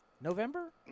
November